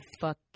fuck